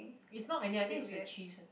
is not onion I think is the cheese